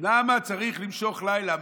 למה צריך למשוך לילה?